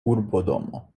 urbodomo